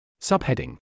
Subheading